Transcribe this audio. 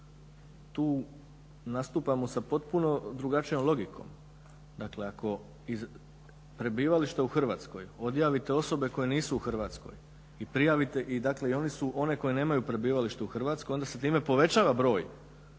tu nastupamo sa potpuno drugačijom logikom. Dakle, ako iz prebivališta u Hrvatskoj odjavite osobe koje nisu u Hrvatskoj i prijavite i dakle one koje nemaju prebivalište u Hrvatskoj onda se time povećava broj